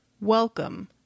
Welcome